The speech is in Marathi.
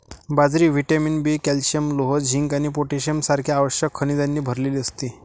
बाजरी व्हिटॅमिन बी, कॅल्शियम, लोह, झिंक आणि पोटॅशियम सारख्या आवश्यक खनिजांनी भरलेली असते